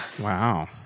Wow